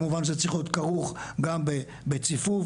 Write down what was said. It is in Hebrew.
זה צריך להיות כרוך גם בציפוף,